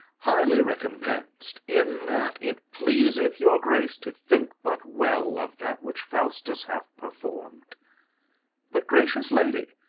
highly recompensed in that it pleaseth your grace to think but well of that which faustus hath performed but, gracious lady,